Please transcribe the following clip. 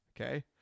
Okay